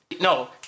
No